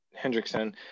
Hendrickson